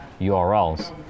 URLs